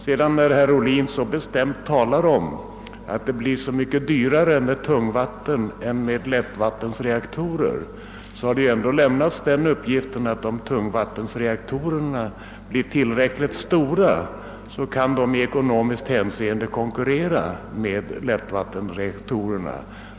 Herr Ohlin sade bestämt att det blir mycket dyrare med tungvattenreaktorer än med lättvattenreaktorer. Men vi har ju ändå fått uppgiften att tungvattenreaktorerna om de blir tillräckligt stora i ekonomiskt hänseende kan konkurrera med lättvattenreaktorerna.